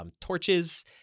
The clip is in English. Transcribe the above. torches